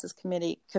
committee